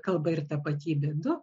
kalba ir tapatybė du